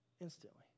instantly